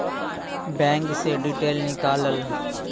Bank से detail नीकालव?